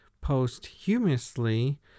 posthumously